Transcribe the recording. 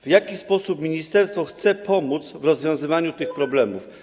W jaki sposób ministerstwo chce pomóc w rozwiązywaniu tych problemów?